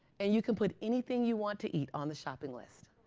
and you can put anything you want to eat on the shopping list.